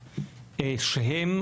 שהן,